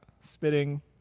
Spitting